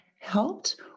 helped